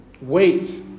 wait